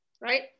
right